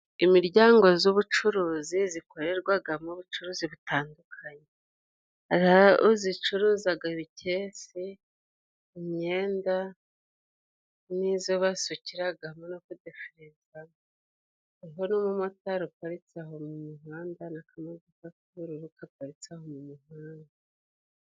Imiryango z'ubucuruzi zikorerwagamo ubucuruzi butandukanye. Hariho izicuruzaga ibikesi, imyenda n'izo basukiragamo no kudefuriza, hariho n'umumotari uparitse aho mu muhanda n'akamadoka k'ubururu kaparitse aho mu muhanda.